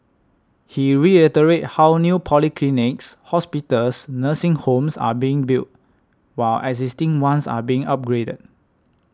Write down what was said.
he reiterated how new polyclinics hospitals nursing homes are being built while existing ones are being upgraded